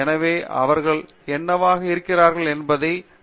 எனவே அவர்கள் என்னவாக இருக்கிறார்கள் என்பதை நீங்கள் மதிக்க வேண்டும்